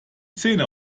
zähne